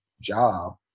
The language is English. job